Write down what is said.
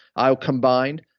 i'll combine,